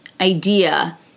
idea